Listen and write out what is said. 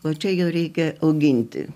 o čia jau reikia auginti